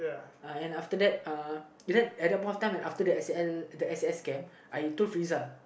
and after that at that point of time after the S_A_S camp I told Friza